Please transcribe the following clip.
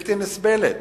בלתי נסבלת.